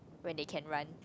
when they can run